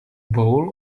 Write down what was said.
bowl